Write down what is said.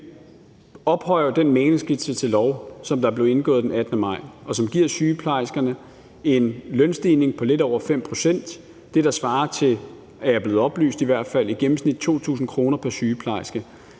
ophøjer den mæglingsskitse, som blev indgået den 18. maj, til lov, og den giver sygeplejerskerne en lønstigning på lidt over 5 pct. – det svarer til, er jeg i hvert fald blevet oplyst om, i gennemsnit 2.000 kr. pr. sygeplejerske.